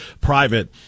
private